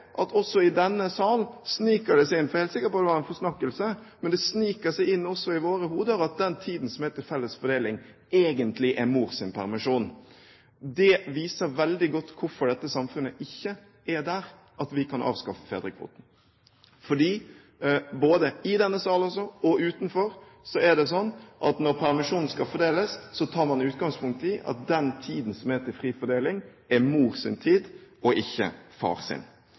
med. Også i denne sal sniker det seg inn i våre hoder – for jeg er helt sikker på at det var en forsnakkelse – at den tiden som er til felles fordeling, egentlig er mors permisjon. Det viser veldig godt hvorfor dette samfunnet ikke er der at vi kan avskaffe fedrekvoten, for både i denne sal og utenfor er det slik at når permisjonen skal fordeles, tar man utgangspunkt i at den tiden som er til fri fordeling, er mors tid og ikke